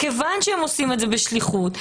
מכיוון שהן עושות ממקום של שליחות,